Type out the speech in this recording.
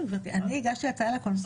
אני הגשתי הצעה על הקונסוליה?